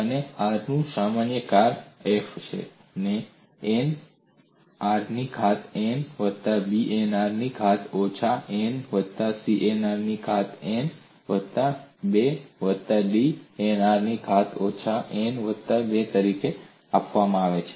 અને r નું સામાન્ય કાર્ય f એ A n r ની ઘાત n વત્તા B n r ની ઘાત ઓછા n વત્તા C n r ની ઘાત n વત્તા 2 વત્તા D n r ની ઘાત ઓછા n વત્તા 2 તરીકે આપવામાં આવે છે